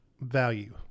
value